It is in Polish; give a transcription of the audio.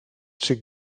czy